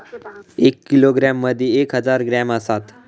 एक किलोग्रॅम मदि एक हजार ग्रॅम असात